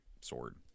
sword